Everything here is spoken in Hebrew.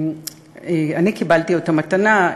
אני קיבלתי אותה במתנה,